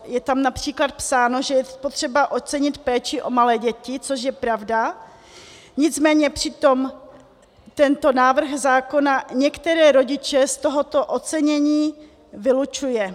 Je tam například psáno, že je potřeba ocenit péči o malé děti, což je pravda, nicméně přitom tento návrh zákona některé rodiče z tohoto ocenění vylučuje.